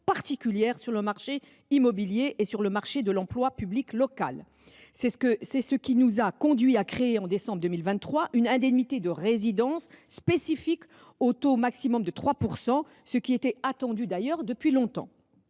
particulière sur le marché immobilier et sur le marché de l’emploi public local : c’est ce qui nous a conduits à créer au mois de décembre 2023 une indemnité de résidence spécifique au taux maximum de 3 %, une mesure qui était attendue depuis longtemps.